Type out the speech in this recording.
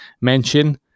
mention